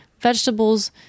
vegetables